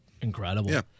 Incredible